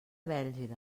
bèlgida